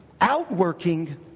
outworking